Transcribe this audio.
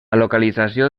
localització